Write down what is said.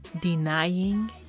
denying